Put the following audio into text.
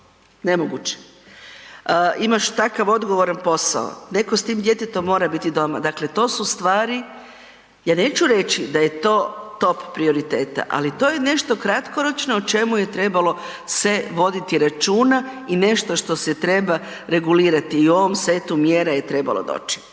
nemoguće. Imaš takav odgovoran posao, neko s tim djetetom mora biti doma. Dakle, to su stvari, ja neću reći da je to top prioriteta, ali to je nešto kratkoročno o čemu je trebalo se voditi računa i nešto što se treba regulirati i u ovom setu mjeru je trebalo doći.